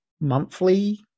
monthly